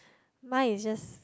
mine is just